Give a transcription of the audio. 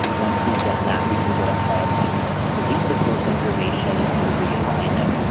once we've done that, we can go ahead and delete the source information and realign it.